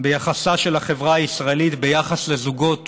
ביחסה של החברה הישראלית לזוגות